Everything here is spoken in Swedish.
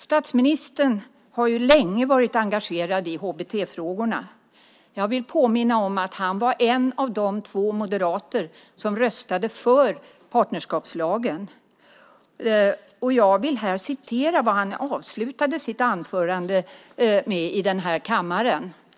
Statsministern har länge varit engagerad i HBT-frågorna. Jag vill påminna om att han var en av de två moderater som röstade för partnerskapslagen. Jag vill här citera vad han avslutade sitt anförande med i den här kammaren.